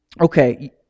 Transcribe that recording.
Okay